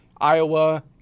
Iowa